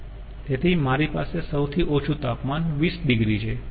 તેથી મારી પાસે સૌથી ઓછું તાપમાન 20 ડિગ્રી છે